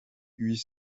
huit